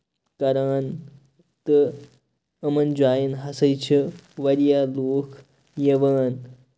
کران تہٕ یِمَن جاین ہسا چھِ واریاہ لُکھ یِوان